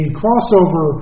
crossover